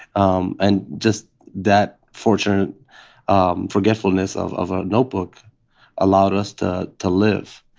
um and just that fortunate um forgetfulness of of a notebook allowed us to to live.